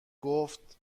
گفت